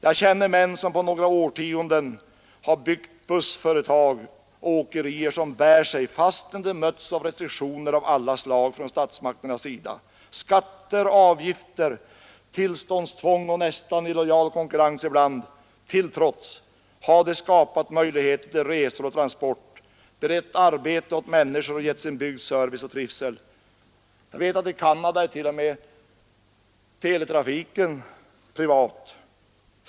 Jag känner män som på några årtionden har byggt upp bussföretag och åkerier som bär sig, fastän de möts av restriktioner av olika slag från statsmakternas sida; skatter, avgifter, tillståndstvång och ibland nästan illojal konkurrens till trots har de skapat möjligheter till resor och transporter, berett arbete åt människor och gett sin bygd service och trivsel. I Canada är t.o.m. teletrafiken privat.